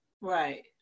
Right